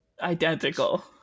identical